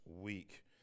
week